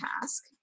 task